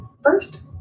First